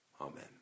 Amen